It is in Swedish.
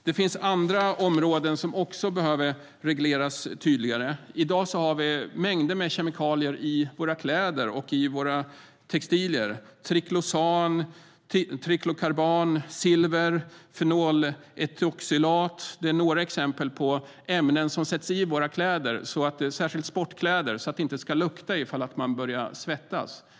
Det finns också andra områden som behöver regleras på ett tydligare sätt. I dag har vi mängder med kemikalier i våra kläder och våra textilier. Triclosan, triclocarban, silver och fenoletoxylat är några exempel på ämnen som används i våra kläder, särskilt sportkläder, så att de inte ska lukta ifall man börjar svettas.